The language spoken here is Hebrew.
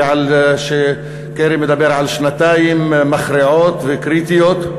וקרי מדבר על שנתיים מכריעות וקריטיות,